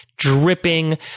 dripping